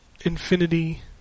Infinity